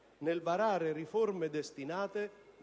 nel varare riforme destinate